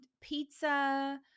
pizza